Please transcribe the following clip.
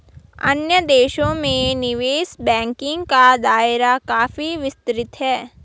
अन्य देशों में निवेश बैंकिंग का दायरा काफी विस्तृत है